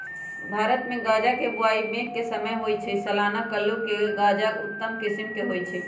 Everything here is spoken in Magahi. भारतमे गजा के बोआइ मेघ के समय होइ छइ, मलाना कुल्लू के गजा उत्तम किसिम के होइ छइ